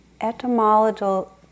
etymological